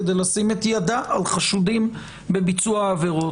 כדי לשים את ידה על חשודים בביצוע עבירות.